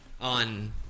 on